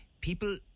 people